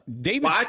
David –